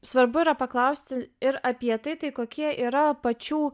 svarbu yra paklausti ir apie tai tai kokie yra pačių